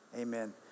amen